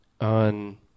on